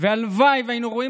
אינו נוכח.